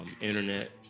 Internet